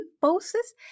poses